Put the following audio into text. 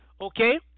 okay